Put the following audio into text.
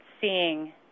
seeing